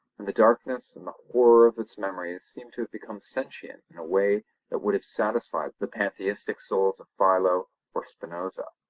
and the darkness and the horror of its memories seem to have become sentient in a way that would have satisfied the pantheistic souls of philo or spinoza.